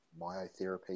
myotherapy